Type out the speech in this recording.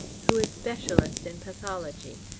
who is specialist in pathology,